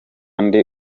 ndi